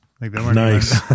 Nice